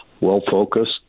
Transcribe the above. well-focused